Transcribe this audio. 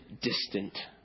distant